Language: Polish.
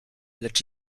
lecz